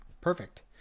perfect